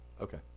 okay